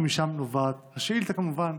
ומשם נובעת השאילתה כמובן.